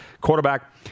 quarterback